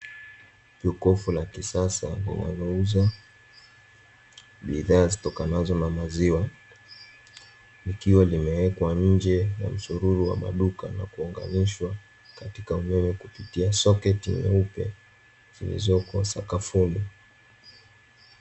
Jokofu la kisasa ambalo linauza bidhaa zitokanazo na maziwa, likiwa limewekwa nje ya msururu wa maduka na kuunganishwa katika umeme kupitia soketi nyeupe zilizoko sakafuni.